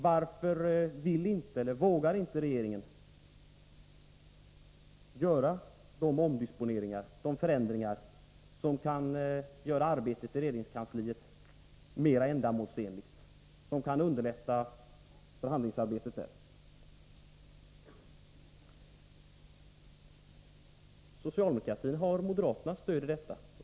Varför vill — eller vågar — inte regeringen genomföra förändringar som kan göra arbetet i regeringskansliet mer ändamålsenligt och som kan underlätta förhandlingsarbetet där? Socialdemokratin har moderaternas stöd på den här punkten.